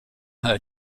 her